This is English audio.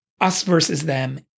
us-versus-them